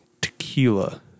tequila